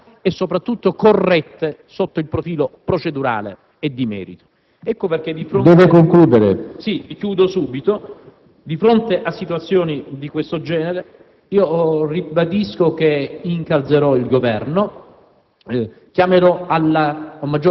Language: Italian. perfette, efficaci e, soprattutto, corrette sotto il profilo procedurale e di merito. Queste sono le ragioni per cui, di fronte a situazioni di questo genere, ribadisco che incalzerò il Governo,